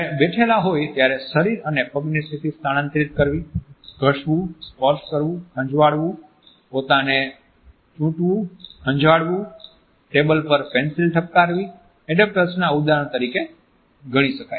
જ્યારે બેઠેલા હોય ત્યારે શરીર અને પગની સ્થિતિ સ્થળાંતરિત કરવી ઘસવું સ્પર્શ કરવો ખંજવાળવું પોતાને ચૂંટવું ખંજવાળવું ટેબલ પર પેન્સિલ ઠપકારવી એડેપ્ટરના ઉદાહરણ તરીકે ગણી શકાય